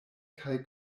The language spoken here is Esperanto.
kaj